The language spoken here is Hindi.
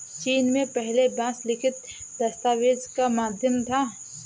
चीन में पहले बांस लिखित दस्तावेज का माध्यम था